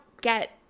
get